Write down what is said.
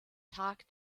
tag